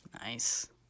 Nice